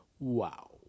Wow